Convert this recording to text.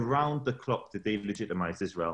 יש ערוץ חדשות ביוטיוב ובעצם רוב הדור הצעיר מקבל את החדשות שלהם